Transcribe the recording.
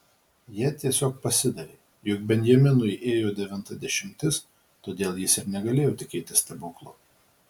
jie tiesiog pasidavė juk benjaminui ėjo devinta dešimtis todėl jis ir negalėjo tikėtis stebuklo